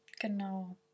genau